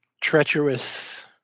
treacherous